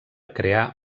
crear